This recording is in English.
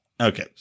Okay